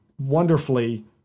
wonderfully